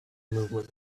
movement